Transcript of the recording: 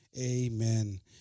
Amen